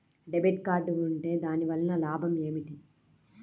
Debit card ఉంటే దాని వలన లాభం ఏమిటీ?